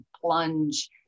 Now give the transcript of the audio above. plunge